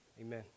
amen